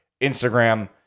Instagram